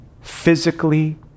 physically